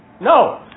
No